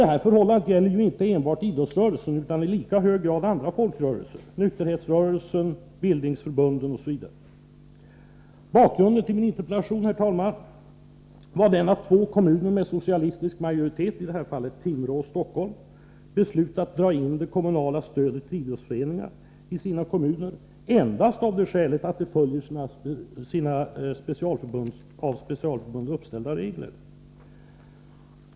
Detta förhållande gäller inte enbart idrottsrörelsen utan i lika hög grad andra folkrörelser, såsom t.ex. nykterhetsrörelsen och bildningsförbunden. Bakgrunden till min interpellation, herr talman, är den att två kommuner med socialistisk majoritet, Timrå och Stockholm, beslutat dra in det kommunala stödet till idrottsföreningar i sina kommuner, endast av det skälet att dessa föreningar följt av sina specialförbund uppställda regler.